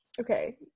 Okay